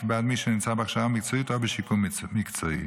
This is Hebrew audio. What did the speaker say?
בעד מי שנמצא בהכשרה מקצועית או בשיקום מקצועי.